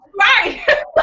Right